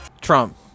trump